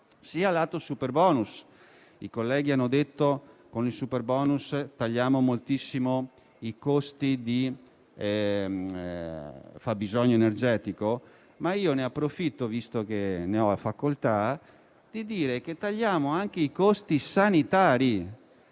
sia dal lato del superbonus. I colleghi hanno detto che con il superbonus tagliamo moltissimo i costi di fabbisogno energetico, ma ne approfitto, visto che ne ho facoltà, per dire che così tagliamo anche i costi sanitari.